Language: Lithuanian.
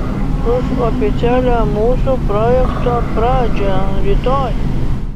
už oficialią mūsų projekto pradžią rytoj